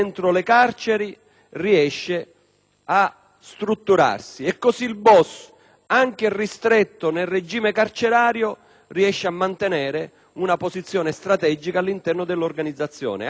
a strutturarsi. Così il *boss*, anche ristretto nel regime carcerario, riesce a mantenere una posizione strategica all'interno dell'organizzazione, anzi, in alcune occasioni,